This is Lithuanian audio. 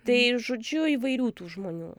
tai žodžiu įvairių tų žmonių